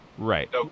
Right